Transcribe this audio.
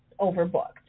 overbooked